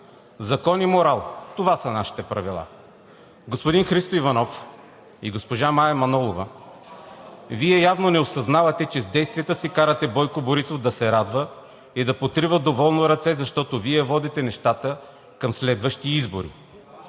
Закон и морал – това са нашите правила. Господин Христо Иванов и госпожо Мая Манолова, Вие явно не осъзнавате, че с действията си карате Бойко Борисов да се радва и да потрива доволно ръце, защото Вие водите нещата към следващи избори.